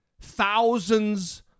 thousands